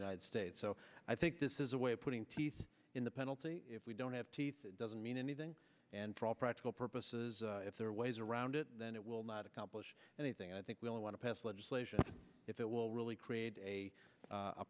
i'd state so i think this is a way of putting teeth in the penalty if we don't have teeth it doesn't mean anything and for all practical purposes if there are ways around it then it will not accomplish anything i think will want to pass legislation if it will really create a